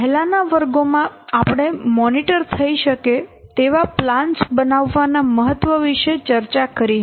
પહેલાનાં વર્ગોમાં આપણે મોનીટર થઈ શકે તેવા પ્લાન્સ બનાવવાના મહત્વ વિશે ચર્ચા કરી હતી